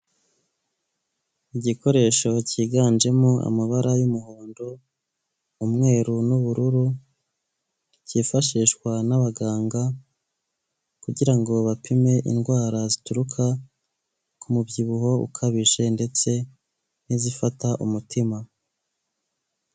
Igikoresho cyiganjemo amabara y'umuhondo, umweru, n'ubururu cyifashishwa n'abaganga kugira ngo bapime indwara zituruka ku mubyibuho ukabije ndetse n'izifata umutima.